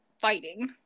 fighting